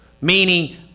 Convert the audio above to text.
meaning